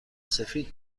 سفید